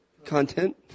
Content